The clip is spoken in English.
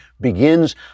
begins